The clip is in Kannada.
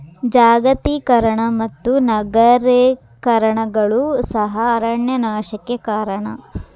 ಜಾಗತೇಕರಣದ ಮತ್ತು ನಗರೇಕರಣಗಳು ಸಹ ಅರಣ್ಯ ನಾಶಕ್ಕೆ ಕಾರಣ